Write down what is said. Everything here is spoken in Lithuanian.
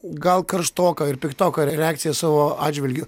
gal karštoką ir piktoką reakciją savo atžvilgiu